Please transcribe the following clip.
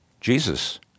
Jesus